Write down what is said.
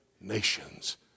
nations